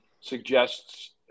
suggests